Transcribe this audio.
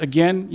Again